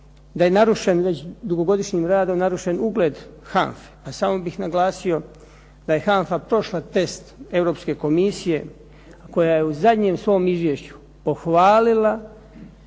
da je narušen već dugogodišnjim radom narušen ugled HANFA-e, pa samo bih naglasio da je HANFA prošla test Europske komisije koja je u zadnjem svom izvješću pohvalila